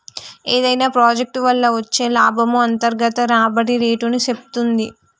ఏదైనా ప్రాజెక్ట్ వల్ల వచ్చే లాభము అంతర్గత రాబడి రేటుని సేప్తుంది